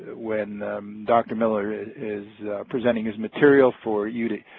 when dr. miller is is presenting his material for you to